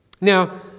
Now